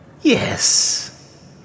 Yes